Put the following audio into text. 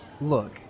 Look